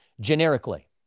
generically